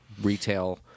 retail